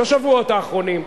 בשבועות האחרונים,